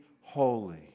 holy